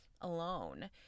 alone